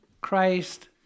Christ